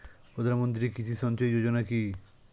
প্রধানমন্ত্রী কৃষি সিঞ্চয়ী যোজনা কি?